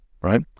Right